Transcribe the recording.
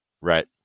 Right